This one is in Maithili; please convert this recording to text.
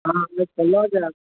हाँ आबिकऽ लऽ जायब